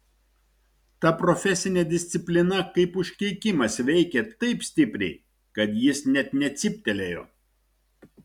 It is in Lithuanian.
ta profesinė disciplina kaip užkeikimas veikė taip stipriai kad jis net necyptelėjo